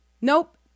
Nope